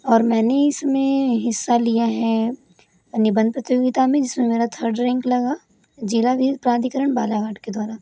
और मैंने इसमें हिस्सा लिया है निबंध प्रतियोगिता में जिसमें मेरा थर्ड रैंक लगा जिला वीर प्राधिकरण बालाघाट के द्वारा